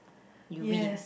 you win